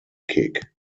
kick